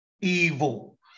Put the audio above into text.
evil